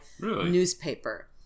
newspaper